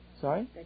Sorry